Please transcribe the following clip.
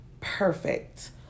perfect